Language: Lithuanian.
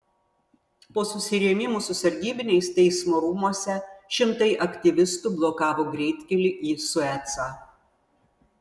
po susirėmimų su sargybiniais teismo rūmuose šimtai aktyvistų blokavo greitkelį į suecą